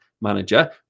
manager